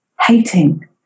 hating